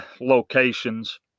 locations